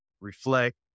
reflect